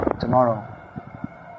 tomorrow